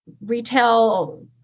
retail